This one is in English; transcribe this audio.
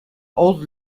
old